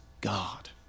God